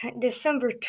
December